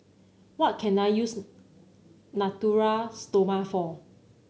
what can I use Natura Stoma for